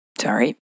Sorry